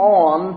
on